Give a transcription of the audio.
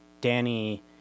Danny